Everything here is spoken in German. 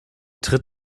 tritt